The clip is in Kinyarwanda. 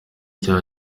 cya